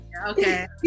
okay